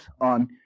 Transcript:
on